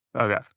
Okay